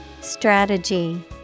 Strategy